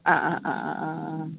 അ അ അ